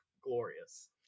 glorious